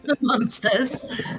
monsters